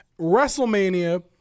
WrestleMania